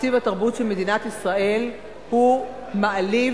תקציב התרבות של מדינת ישראל הוא מעליב,